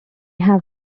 have